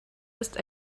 ist